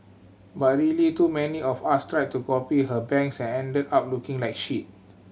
but really too many of us tried to copy her bangs and ended up looking like shit